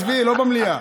עזבי, לא במליאה.